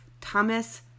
Thomas